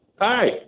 Hi